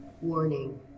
Warning